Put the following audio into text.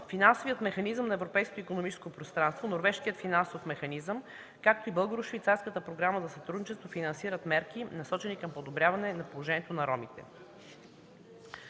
Финансовият механизъм на европейското икономическо пространство, Норвежкият финансов механизъм, както и Българо-швейцарската програма за сътрудничество финансират мерки, насочени към подобряване на положението на ромите.